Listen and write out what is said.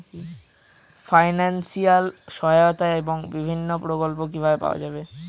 Financial সহায়তা এবং বিভিন্ন প্রকল্প কিভাবে পাওয়া যাবে?